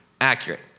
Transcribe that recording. accurate